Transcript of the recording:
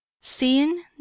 seeing